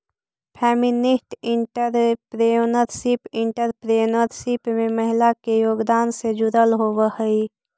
feminist entrepreneurship entrepreneurship में महिला के योगदान से जुड़ल होवऽ हई